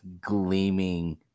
gleaming